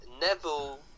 Neville